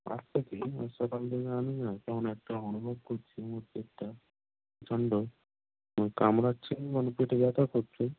আজ থেকেই আজ সকাল থেকে আমি না কেমন একটা অনুভব করছি আমার পেটটা প্রচণ্ড কামড়াচ্ছে মানে পেটে ব্যথা করছে